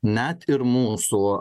net ir mūsų